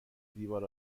دیوار